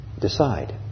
decide